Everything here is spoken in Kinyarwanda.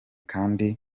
kandi